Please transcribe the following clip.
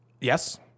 Yes